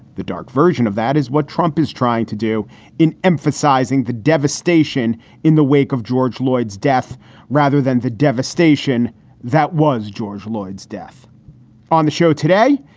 the dark version of that is what trump is trying to do in emphasizing the devastation in the wake of george loyd's death rather than the devastation that was george loyd's death on the show today.